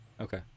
Okay